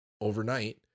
overnight